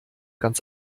ganz